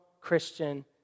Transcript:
Christian